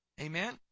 amen